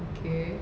okay